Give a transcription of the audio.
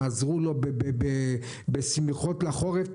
תעזרו לו בשמיכות לחורף.